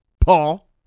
Paul